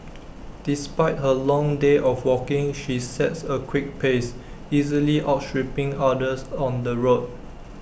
despite her long day of walking she sets A quick pace easily outstripping others on the road